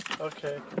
Okay